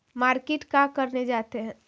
Market का करने जाते हैं?